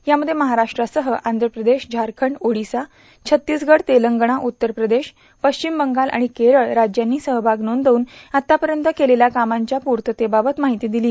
यामध्ये महाराष्ट्रासह आंध्रपदेश झारखंड ओडिसा छत्तीसगड तेलगंणा उत्तर प्रदेश पश्विम बंगाल आणि केरळ राज्यांनी सहभाग नोंदवून आतापर्यंत केलेल्या कामांच्या पूर्ततेबाबत माहिती दिली